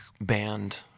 band